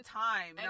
time